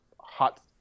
hot